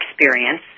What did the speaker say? experience